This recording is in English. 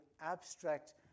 abstract